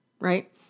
Right